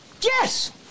Yes